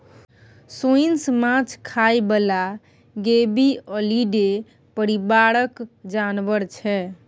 सोंइस माछ खाइ बला गेबीअलीडे परिबारक जानबर छै